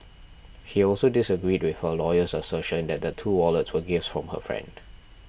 he also disagreed with her lawyer's assertion that the two wallets were gifts from her friend